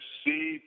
see